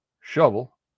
shovel